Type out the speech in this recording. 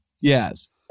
Yes